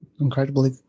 incredibly